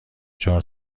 چهار